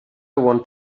want